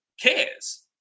cares